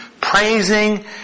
praising